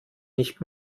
nicht